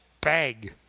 bang